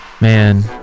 Man